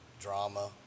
drama